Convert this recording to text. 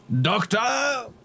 Doctor